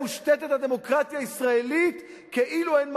מושתתת הדמוקרטיה הישראלית כאילו אין מחר.